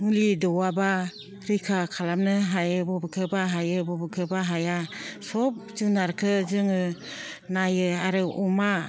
मुलि दौवाबा रैखा खालामनो हायो बबेखोबा हायो बबेखोबा हाया सब जुनारखौ जोङो नायो आरो अमा